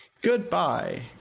Goodbye